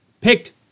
picked